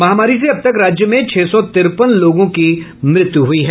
महामारी से अब तक राज्य में छह सौ तिरपन लोगों की मृत्यु हुई है